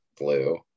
blue